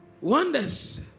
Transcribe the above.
Wonders